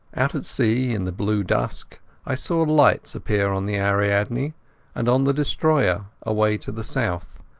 out at sea in the blue dusk i saw lights appear on the ariadne and on the destroyer away to the south,